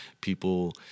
people